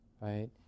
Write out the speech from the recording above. right